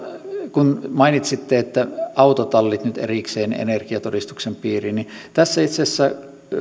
kun mainitsitte että autotallit nyt erikseen energiatodistuksen piiriin niin tässä itse asiassa